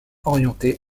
orientés